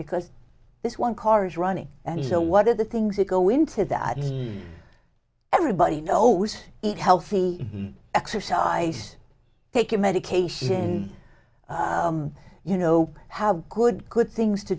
because this one car is running and so what are the things that go into that everybody knows it healthy exercise taking medication you know have good good things to